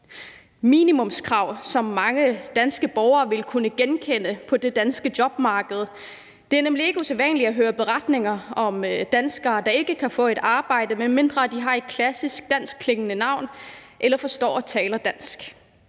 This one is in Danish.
minimumskrav, som mange danske borgere vil kunne genkende fra det danske jobmarked. Det er nemlig ikke usædvanligt at høre beretninger om danskere, der ikke kan få et arbejde, medmindre de har et klassisk danskklingende navn eller forstår og taler dansk.